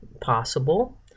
possible